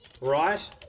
right